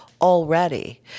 already